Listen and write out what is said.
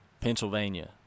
Pennsylvania